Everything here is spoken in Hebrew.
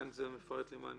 כאן זה מפרט לי מה נכנס?